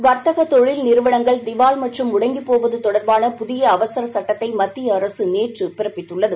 வர்த்தக தொழில் நிறுவளங்கள் திவால் மற்றும்முடங்கிப் போவது தொடர்பான புதிய அவசர சட்டத்தை மத்திய அரசு நேற்று பிறப்பித்தது